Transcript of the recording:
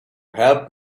help